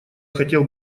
хотел